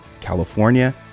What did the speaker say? California